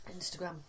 Instagram